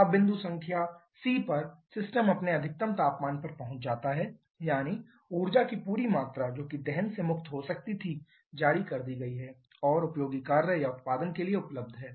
अब बिंदु संख्या c पर सिस्टम अपने अधिकतम तापमान पर पहुंच जाता है यानी ऊर्जा की पूरी मात्रा जो कि दहन से मुक्त हो सकती थी जारी कर दी गई है और उपयोगी कार्य या उत्पादन के लिए उपलब्ध है